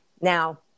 now